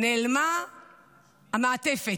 נעלמה המעטפת.